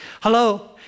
Hello